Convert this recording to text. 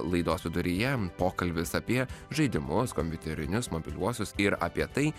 laidos viduryje pokalbis apie žaidimus kompiuterinius mobiliuosius ir apie tai